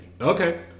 Okay